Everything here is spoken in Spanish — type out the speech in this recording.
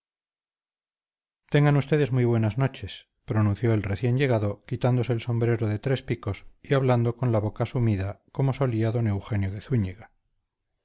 tengan ustedes muy buenas noches pronunció el recién llegado quitándose el sombrero de tres picos y hablando con la boca sumida como don eugenio de zúñiga